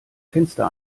fenster